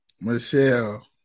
Michelle